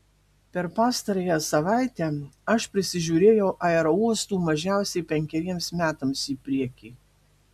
per pastarąją savaitę aš prisižiūrėjau aerouostų mažiausiai penkeriems metams į priekį